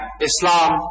Islam